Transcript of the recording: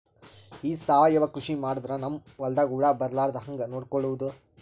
ಈ ಸಾವಯವ ಕೃಷಿ ಮಾಡದ್ರ ನಮ್ ಹೊಲ್ದಾಗ ಹುಳ ಬರಲಾರದ ಹಂಗ್ ನೋಡಿಕೊಳ್ಳುವುದ?